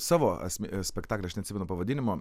savo asm spektaklį aš neatsimenu pavadinimo